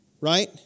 right